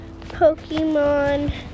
Pokemon